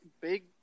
Big